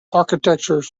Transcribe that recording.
architecture